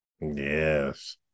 yes